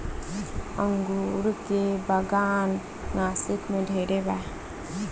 अंगूर के बागान नासिक में ढेरे बा